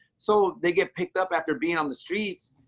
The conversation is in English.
so they get picked up after being on the streets.